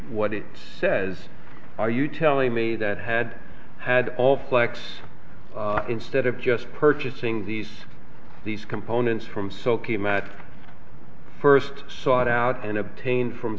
what it says are you telling me that had had all flex instead of just purchasing these these components from so came out first sought out and obtain from